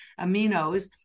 aminos